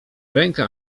ręka